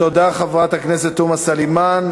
תודה, חברת הכנסת תומא סלימאן.